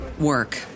work